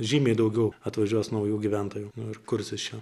žymiai daugiau atvažiuos naujų gyventojų nu ir kursis čia